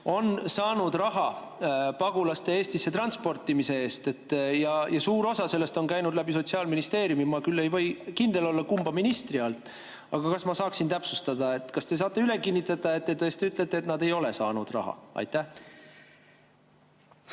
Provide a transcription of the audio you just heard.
on saanud raha pagulaste Eestisse transportimise eest. Ja suur osa sellest on käinud läbi Sotsiaalministeeriumi, ma küll ei või kindel olla, kumba ministrit alt. Aga ma tahaksin täpsustada: kas te saate üle kinnitada, et nad ei ole [riigilt] raha saanud? Aitäh,